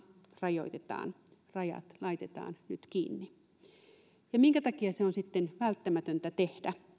rajoitetaan rajat laitetaan nyt kiinni minkä takia se on sitten välttämätöntä tehdä